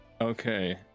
Okay